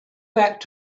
back